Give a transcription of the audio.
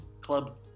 club